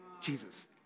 Jesus